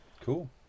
cool